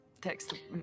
Text